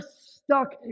stuck